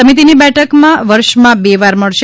સમિતિની બેઠક વર્ષમાં બે વાર મળશે